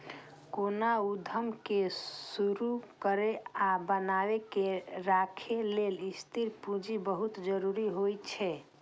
कोनो उद्यम कें शुरू करै आ बनाए के राखै लेल स्थिर पूंजी बहुत जरूरी होइ छै